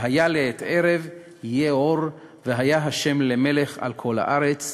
והיה לעת ערב יהיה אור, והיה ה' למלך על כל הארץ.